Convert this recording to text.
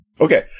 Okay